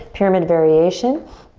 pyramid variation.